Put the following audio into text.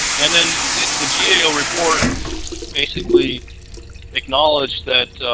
and and the gao report basically acknowledged that